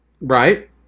Right